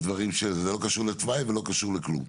זה לא קשור לתוואי ולא קשור לכלום.